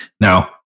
Now